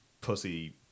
pussy